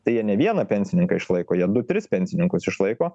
tai jie ne vieną pensininką išlaiko jie du tris pensininkus išlaiko